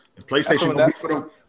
PlayStation